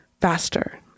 faster